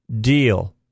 Deal